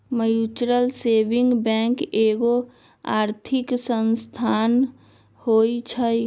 mutual saving bank एगो आर्थिक संस्थान होइ छइ